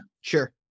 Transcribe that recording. Sure